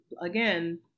again